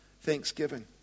thanksgiving